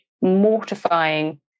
mortifying